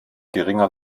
geringer